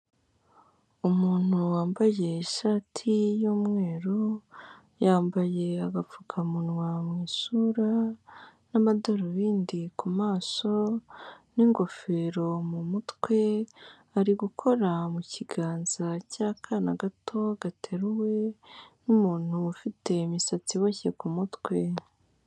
Umuntu wambaye ishati y'umweru, yambaye agapfukamunwa mu isura, n'amadarubindi ku maso n'ingofero mu mutwe ari gukora mukiganza cy'akana gato gateruwe n'umuntu ufite imisatsi iboshye ku mutwe.